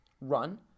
run